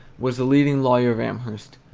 was the leading lawyer of amherst,